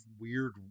weird